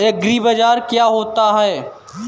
एग्रीबाजार क्या होता है?